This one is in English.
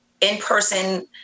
in-person